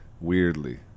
weirdly